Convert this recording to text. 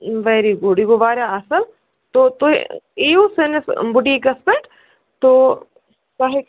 وٮ۪ری good یہِ گوٚو وارِیاہ اصٕل تو تُہۍ اِیِو سٲنِس بُٹیٖکس پٮ۪ٹھ تو